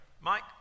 Mike